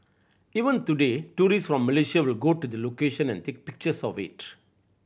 even today tourist from Malaysia will go to the location and take pictures of it